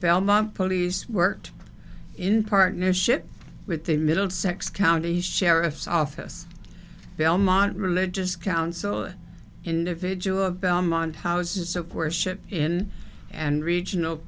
belmont police worked in partnership with the middlesex county sheriff's office belmont religious council individual belmont houses of worship in and regional